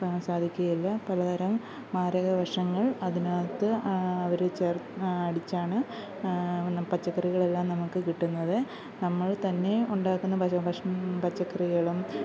സാധിക്കുകയില്ല പലതരം മാരകവിഷങ്ങള് അതിനകത്ത് അവർ അടിച്ചാണ് പച്ചക്കറികളെല്ലാം നമുക്ക് കിട്ടുന്നത് നമ്മൾ തന്നെ ഉണ്ടാക്കുന്ന പച്ചക്കറികളും